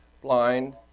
blind